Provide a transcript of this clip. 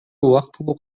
убактылуу